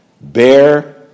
Bear